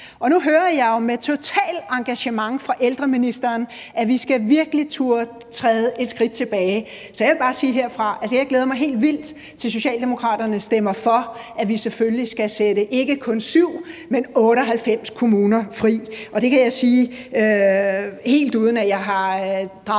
Og nu hører jeg jo med totalt engagement fra social- og ældreministerens side, at vi virkelig skal turde træde et skridt tilbage. Så jeg vil bare sige herfra, at jeg glæder mig helt vildt til, at Socialdemokraterne stemmer for, at vi selvfølgelig skal sætte ikke kun 7, men 98 kommuner fri. Det kan jeg sige, helt uden at jeg har draget